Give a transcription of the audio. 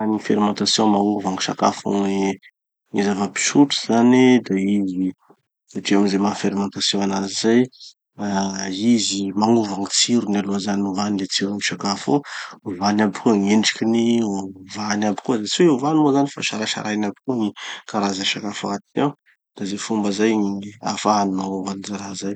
Gny fermentation magnova gny sakafo vo gny zava-pisotro zany da izy satria amy ze maha fermentation anazy zay, ah izy magnova gny tsirony aloha zany. Ovany le tsirony sakafo, ovany aby koa gn'endrikiny, ovany aby koa, tsy hoe ovany moa zany fa sarasarahiny aby koa gny karaza sakafo agnatiny ao. Da ze fomba zay gny ahafahany magnova any ze raha zay.